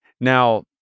Now